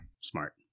Smart